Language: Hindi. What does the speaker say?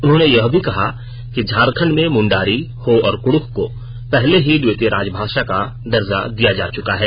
उन्होंने यह भी लिखा है कि झारखंड में मुंडारी हो और कुड्रख को पहले ही द्वितीय राजभाषा का दर्जा दिया जा चुका है